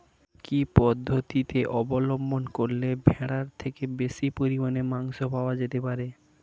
কি পদ্ধতিতে অবলম্বন করলে ভেড়ার থেকে বেশি পরিমাণে মাংস পাওয়া যেতে পারে?